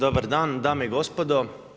Dobar dan dame i gospodo.